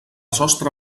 sostre